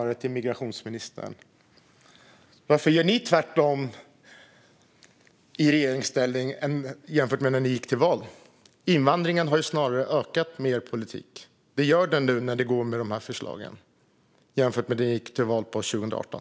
Min fråga till migrationsministern blir: Varför gör ni i regeringsställning tvärtom mot det ni sa inför valet? Invandringen har snarare ökat med er politik. Det gör den med de här förslagen jämfört med de löften som ni gick till val på 2018.